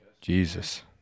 Jesus